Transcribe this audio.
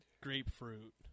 grapefruit